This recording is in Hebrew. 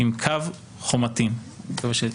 "עם קַב חֳמָטין" .